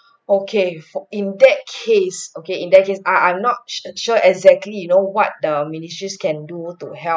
okay for in that case okay in that case err I'm not sure exactly you know what the ministry can do to help